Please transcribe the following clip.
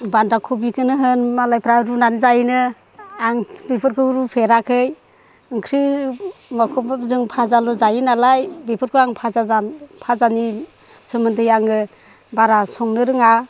बान्दा खफिखौनो होन मालायफ्रा रुनानै जायोनो आं बिफोरखौ रुफेराखै ओंख्रि माखौबा जों फाजाल' जायो नालाय बेफोरखौ आं फाजा फाजानि सोमोन्दै आङो बारा संनो रोङा